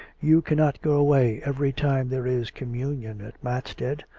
you cannot go away every time there is communion at matstead,